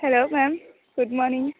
hello ma'am good morning